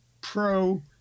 pro